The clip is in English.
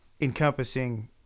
encompassing